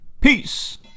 Peace